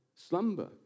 slumber